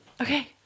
Okay